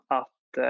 att